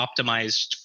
optimized